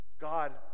God